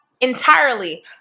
entirely